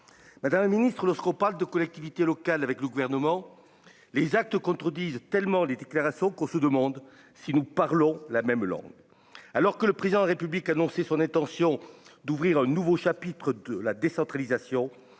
Madame la Ministre, lorsqu'on parle de collectivités locales avec le gouvernement, les actes contredisent tellement les déclarations qu'on se demande si nous parlons la même langue, alors que le président de la République, annoncé son intention d'ouvrir un nouveau chapitre de la décentralisation